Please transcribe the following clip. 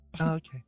okay